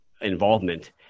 involvement